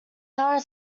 nara